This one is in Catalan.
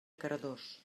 cardós